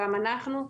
גם אנחנו להגיש.